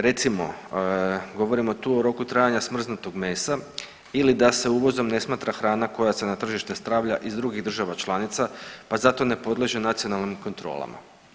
Recimo, govorimo tu o roku trajanja smrznutog mesa ili da se uvozom ne smatra hrana koja se na tržište stavlja iz drugih država članica pa zato ne podliježe nacionalnim kontrolama.